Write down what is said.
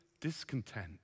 discontent